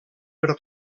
per